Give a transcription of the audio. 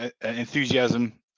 enthusiasm